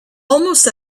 almost